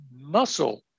muscle